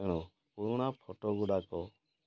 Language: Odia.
ତେଣୁ ପୁରୁଣା ଫୋଟୋଗୁଡ଼ାକ